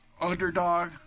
Underdog